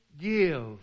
give